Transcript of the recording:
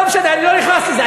לא משנה, אני לא נכנס לזה.